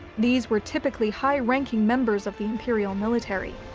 these were typically high-ranking members of the imperial military.